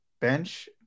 bench